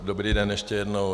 Dobrý den ještě jednou.